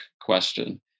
question